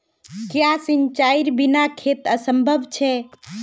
क्याँ सिंचाईर बिना खेत असंभव छै?